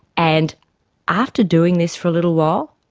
and after doing this for a little while,